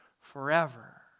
forever